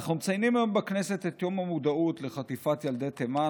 אנחנו מציינים היום בכנסת את יום המודעות לחטיפת ילדי תימן,